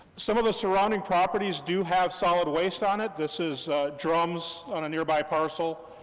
some of those surrounding properties do have solid waste on it, this is drums on a nearby parcel,